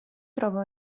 trova